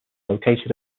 located